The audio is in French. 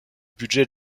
budget